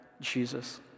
Jesus